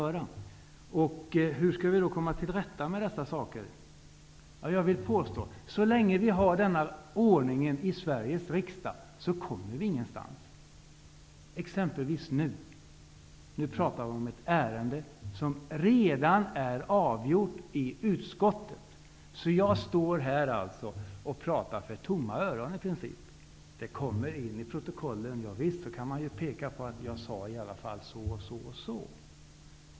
Hur skall vi då komma till rätta med detta? Jag vill påstå att vi, så länge vi har nuvarande ordning i Sveriges riksdag, inte kommer någonstans. Exempelvis pratar vi nu om ett ärende som redan är avgjort i utskottet. Jag står alltså här och pratar för döva öron i princip. Det kommer med i protokollet. Ja visst, då kan man ju peka på att jag sade i alla fall så och så.